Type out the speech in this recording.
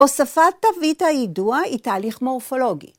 ‫הוספת תווית הידוע היא תהליך מורפולוגי.